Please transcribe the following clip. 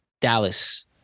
Dallas